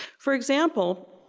for example,